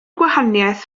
gwahaniaeth